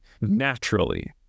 naturally